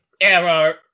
Error